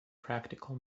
practical